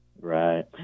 Right